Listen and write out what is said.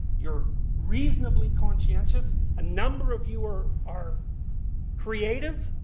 you're reasonably conscientious, a number of you are are creative.